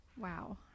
Wow